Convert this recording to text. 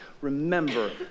Remember